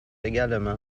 également